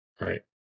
Right